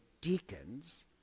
deacons